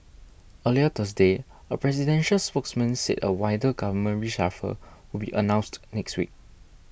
earlier Thursday a presidential spokesman said a wider government reshuffle would be announced next week